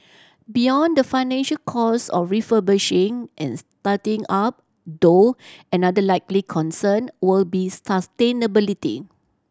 beyond the financial costs of refurbishing and starting up though another likely concern will be sustainability